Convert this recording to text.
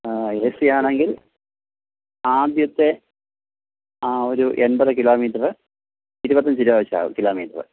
A C ആണെങ്കിൽ ആദ്യത്തെ ആ ഒരു എൺപത് കിലോമീറ്ററ് ഇരുപത്തഞ്ച് രൂപ വെച്ചാകും കിലോമീറ്റർ